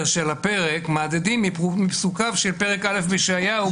של הפרק מהדהדים מפסוקיו של פרק א' בישעיהו,